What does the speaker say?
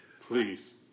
Please